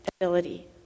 ability